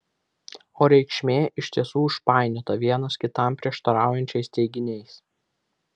o reikšmė iš tiesų užpainiota vienas kitam prieštaraujančiais teiginiais